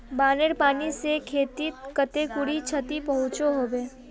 बानेर पानी से खेतीत कते खुरी क्षति पहुँचो होबे?